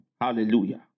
Hallelujah